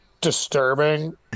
disturbing